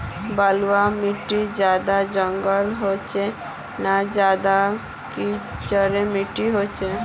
बलवाह माटित ज्यादा जंगल होचे ने ज्यादा चिकना माटित होचए?